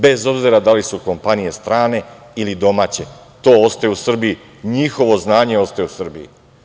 Bez obzira da li su kompanije strane ili domaće, to ostaje u Srbiji, njihovo znanje ostaje u Srbiji.